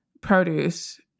produce